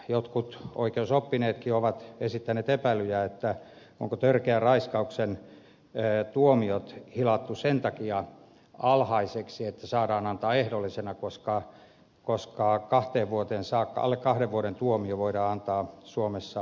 jotkut oikeusoppineetkin ovat esittäneet epäilyjä onko törkeän raiskauksen tuomiot hilattu sen takia alhaiseksi että saadaan tuomio antaa ehdollisena koska alle kahden vuoden tuomio voidaan antaa suomessa ehdollisena